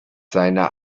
seine